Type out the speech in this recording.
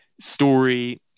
story